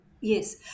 Yes